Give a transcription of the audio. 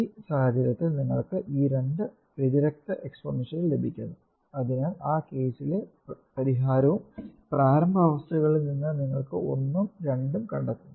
ഈ സാഹചര്യത്തിൽ നിങ്ങൾക്ക് ഈ രണ്ട് വ്യതിരിക്ത എക്സ്പോണൻഷ്യലുകൾ ലഭിക്കുന്നു അതിനാൽ ആ കേസിലെ പരിഹാരവും പ്രാരംഭ അവസ്ഥകളിൽ നിന്ന് നിങ്ങൾ 1 ഉം 2 ഉം കണ്ടെത്തുന്നു